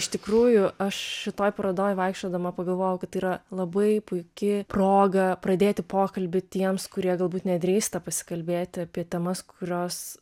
iš tikrųjų aš šitoj parodoj vaikščiodama pagalvojau kad yra labai puiki proga pradėti pokalbį tiems kurie galbūt nedrįsta pasikalbėti apie temas kurios